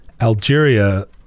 Algeria